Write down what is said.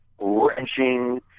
wrenching